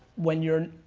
when you're,